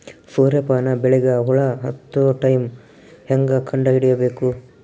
ಸೂರ್ಯ ಪಾನ ಬೆಳಿಗ ಹುಳ ಹತ್ತೊ ಟೈಮ ಹೇಂಗ ಕಂಡ ಹಿಡಿಯಬೇಕು?